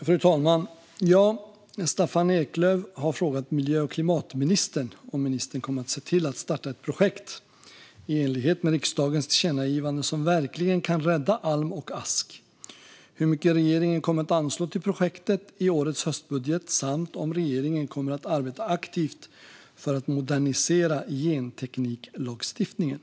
Fru talman! har frågat miljö och klimatministern om ministern kommer att se till att starta ett projekt, i enlighet med riksdagens tillkännagivande, som verkligen kan rädda alm och ask, hur mycket regeringen kommer att anslå till projektet i årets höstbudget samt om regeringen kommer att arbeta aktivt för att modernisera gentekniklagstiftningen.